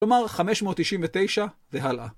כלומר, 599 והלאה.